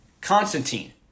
Constantine